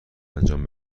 انجام